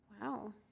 Wow